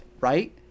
right